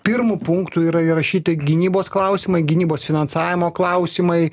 pirmu punktu yra įrašyti gynybos klausimai gynybos finansavimo klausimai